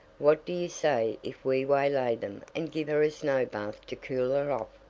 what do you say if we waylay them and give her a snow bath to cool her off?